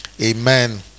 amen